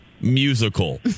musical